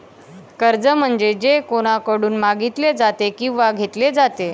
कर्ज म्हणजे जे कोणाकडून मागितले जाते किंवा घेतले जाते